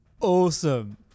awesome